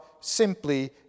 simply